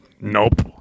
Nope